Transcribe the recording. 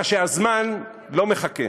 אלא שהזמן לא מחכה,